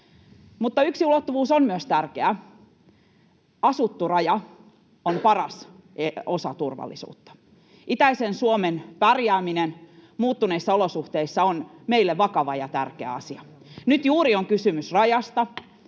Mutta yksi ulottuvuus on myös tärkeä: Asuttu raja on paras osa turvallisuutta. Itäisen Suomen pärjääminen muuttuneissa olosuhteissa on meille vakava ja tärkeä asia. Nyt juuri on kysymys rajasta,